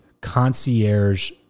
concierge